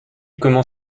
comment